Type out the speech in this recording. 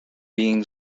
being